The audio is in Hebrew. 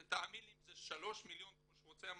של שלושה מיליון לפרסום,